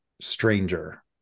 Stranger